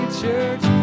church